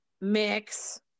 mix